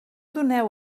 doneu